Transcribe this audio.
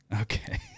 Okay